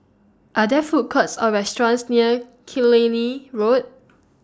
Are There Food Courts Or restaurants near Killiney Road